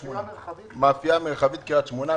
המאפייה המרחבית קריית שמונה.